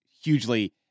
hugely